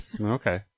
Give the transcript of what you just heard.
Okay